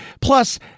plus